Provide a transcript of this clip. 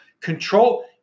control